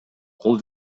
кол